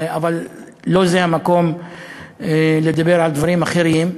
אבל לא זה המקום לדבר על דברים אחרים.